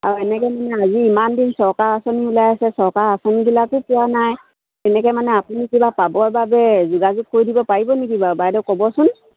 আৰু এনেকৈ মানে আজি ইমান দিন চৰকাৰৰ আঁচনি ওলাই আছে চৰকাৰ আঁচনিবিলাকো পোৱা নাই তেনেকৈ মানে আপুনি কিবা পাবৰ বাবে যোগাযোগ কৰি দিব পাৰিব নেকি বাৰু বাইদেউ ক'বচোন